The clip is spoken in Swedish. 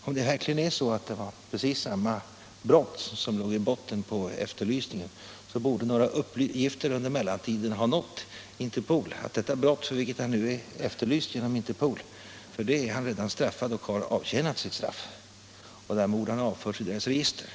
Om verkligen precis samma brott låg bakom efterlysningen, borde några uppgifter under mellantiden ha nått Interpol om att han redan avtjänat straffet för det brott som föranlett Interpols efterlysning. Därmed borde han också ha avförts från Interpols register.